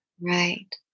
Right